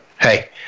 hey